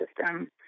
system